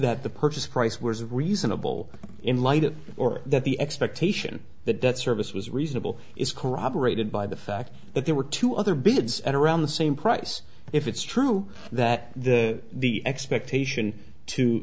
that the purchase price was a reasonable in light of or that the expectation that that service was reasonable is corroborated by the fact that there were two other bids at around the same price if it's true that the expectation to